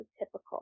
typical